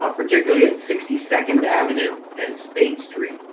um particularly at sixty second avenue and state street.